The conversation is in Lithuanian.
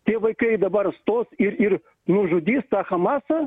tie vaikai dabar stos ir ir nužudys tą hamasą